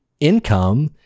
income